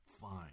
Fine